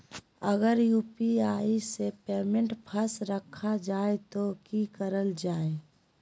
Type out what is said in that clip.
अगर यू.पी.आई से पेमेंट फस रखा जाए तो की करल जाए?